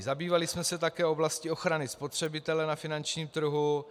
Zabývali jsme se také oblastí ochrany spotřebitele na finančním trhu.